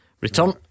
return